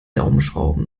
daumenschrauben